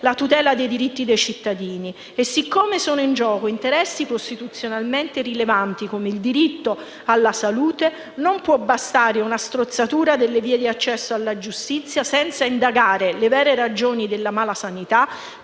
la tutela dei diritti dei cittadini. Siccome sono in gioco interessi costituzionalmente rilevanti, come il diritto alla salute, non può bastare una strozzatura delle vie d'accesso alla giustizia senza indagare le vere ragioni della malasanità,